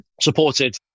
supported